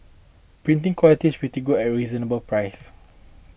printing quality pretty good at reasonable prices